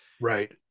Right